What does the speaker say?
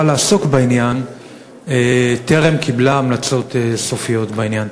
לעסוק בעניין טרם קיבלה המלצות סופיות בעניין?